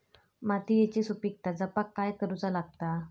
मातीयेची सुपीकता जपाक काय करूचा लागता?